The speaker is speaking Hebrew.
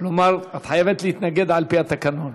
כלומר את חייבת להתנגד, על פי התקנון.